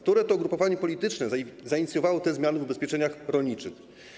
Które to ugrupowanie polityczne zainicjowało zmiany w ubezpieczeniach rolniczych?